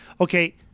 Okay